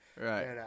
Right